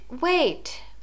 wait